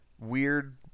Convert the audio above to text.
weird